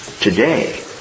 today